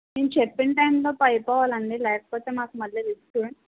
నేను చెప్పిన టైమ్లోపు అయిపోవాలండి లేకపోతే మాకు మళ్ళీ రిస్కు